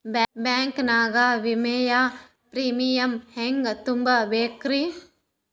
Bank ನಾಗ ವಿಮೆಯ premium ಹೆಂಗ್ ತುಂಬಾ ಬೇಕ್ರಿ?